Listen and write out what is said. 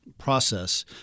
process